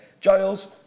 Giles